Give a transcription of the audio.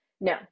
No